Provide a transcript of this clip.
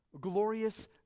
glorious